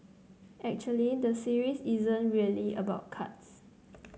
actually the series isn't really about cards